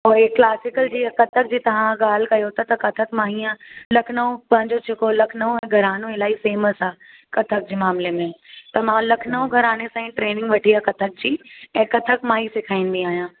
पोइ हे क्लासिकल जी कत्थक जी तव्हां ॻाल्हि कयो था त कत्थक मां हीअं लखनऊ पंहिंजो जेको लखनऊ ऐं घरानो इलाही फ़ेमस आहे कत्थक जे मामले में त मां लखनऊ घराने सां हीअ ट्रेनिंग वरिती आहे कत्थक जी ऐं कत्थक मां ई सेखारींदी आहियां